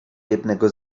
jednego